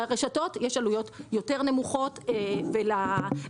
לרשתות יש עלויות יותר נמוכות ולספק